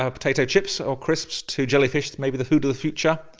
ah potato chips or crisps, to jellyfish, maybe the food of the future,